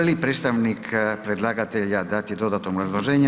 Želi li predstavnik predlagatelja dati dodatno obrazloženje?